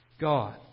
God